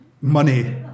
money